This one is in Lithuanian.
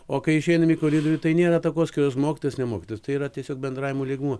o kai išeinam į koridorių tai nėra takoskyros mokytojas nemokytojas tai yra tiesiog bendravimo lygmuo